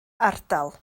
ardal